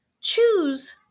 choose